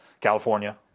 California